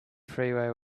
freeway